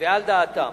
ועל דעתם.